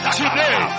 today